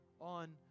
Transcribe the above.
on